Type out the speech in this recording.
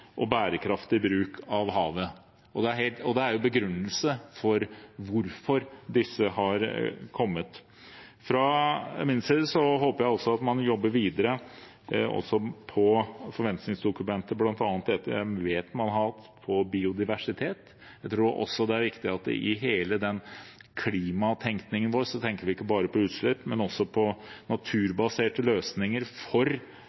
og bærekraftig bruk av havet. Det er en begrunnelse for hvorfor disse har kommet. Fra min side håper jeg at man jobber videre på forventningsdokumentet, bl.a. det jeg vet man har hatt når det gjelder biodiversitet. Jeg tror også det er viktig at vi i hele vår klimatenkning ikke bare tenker på utslipp, men også på naturbaserte løsninger for